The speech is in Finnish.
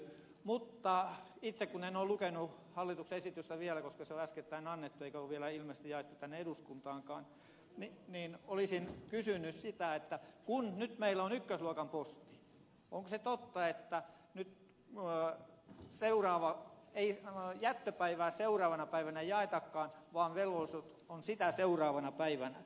mutta kun itse en ole lukenut hallituksen esitystä vielä koska se on äskettäin annettu eikä ole ilmeisesti vielä jaettu tänne eduskuntaankaan niin olisin kysynyt sitä kun nyt meillä on ykkösluokan posti onko se totta että nyt vaan seuraava ei jätä jättöpäivää seuraavana päivänä ei jaetakaan vaan velvollisuus on sitä seuraavana päivänä